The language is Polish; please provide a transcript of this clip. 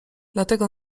dlatego